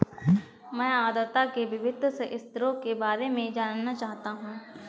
मैं आर्द्रता के विभिन्न स्तरों के बारे में जानना चाहता हूं